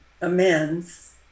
amends